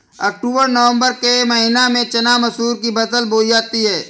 अक्टूबर नवम्बर के महीना में चना मसूर की फसल बोई जाती है?